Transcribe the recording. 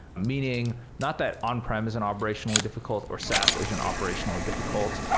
meaning, not that on-prem is an operationally difficult or saas is an operationally difficult,